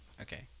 Okay